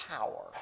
power